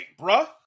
bruh